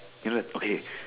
you look okay